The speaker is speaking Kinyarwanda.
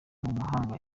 umuhanga